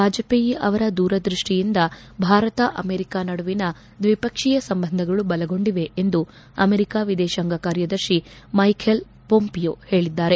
ವಾಜಪೇಯಿ ಅವರ ದೂರದ್ವಸ್ಸಿಯಿಂದ ಭಾರತ ಅಮೆರಿಕ ನಡುವಿನ ದ್ವಿಪಕ್ಷೀಯ ಸಂಬಂಧಗಳು ಬಲಗೊಂಡಿವೆ ಎಂದು ಅಮೆರಿಕ ವಿದೇಶಾಂಗ ಕಾರ್ಯದರ್ತಿ ಮೈಟೆಲ್ ಹೊಂಪಿಯೋ ಹೇಳಿದ್ದಾರೆ